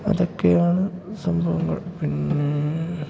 അതൊക്കെയാണ് സംഭവങ്ങൾ പിന്നേ